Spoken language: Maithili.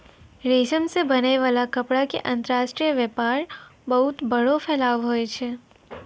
रेशम से बनै वाला कपड़ा के अंतर्राष्ट्रीय वेपार बहुत बड़ो फैलाव हुवै छै